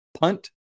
punt